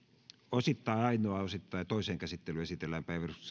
osittain ainoaan osittain toiseen käsittelyyn esitellään päiväjärjestyksen